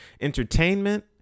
entertainment